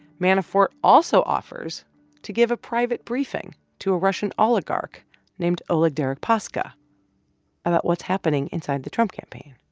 manafort also offers to give a private briefing to a russian oligarch named oleg deripaska about what's happening inside the trump campaign.